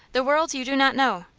the world you do not know.